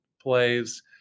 plays